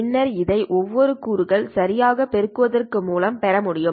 பின்னர் இதை ஒவ்வொரு கூறுகள் சரியாகப் பெருக்குவதன் மூலம் பெற முடியும்